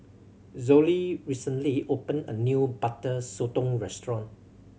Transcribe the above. Zollie recently opened a new Butter Sotong restaurant